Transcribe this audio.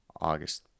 august